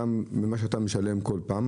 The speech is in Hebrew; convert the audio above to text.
גם במה שאתה משלם כל פעם,